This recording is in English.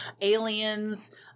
aliens